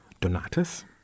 Donatus